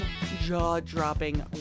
jaw-dropping